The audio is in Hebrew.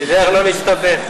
תיזהר לא להסתבך.